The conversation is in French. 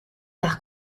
par